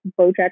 BoJack